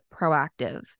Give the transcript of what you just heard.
proactive